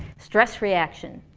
stress reaction.